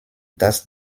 dass